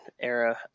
era